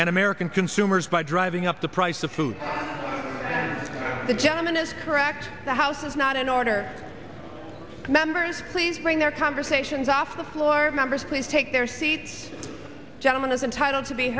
and american consumers by driving up the price of food the gentleman is correct the house is not in order members please bring their conversations off the floor members please take their seats gentlemen is entitled to be